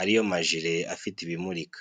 ari yo majire afite ibimurika.